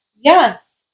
yes